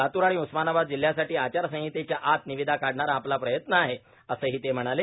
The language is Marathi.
लातूर आणि उस्मानाबाद जिल्ह्यासाठी आचारसंहितेच्या आत निविदा काढण्याचा आपला प्रयत्न आहे असंही ते म्हणाले